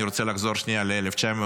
אני רוצה לחזור שנייה ל-1987,